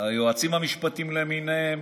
היועצים המשפטיים למיניהם,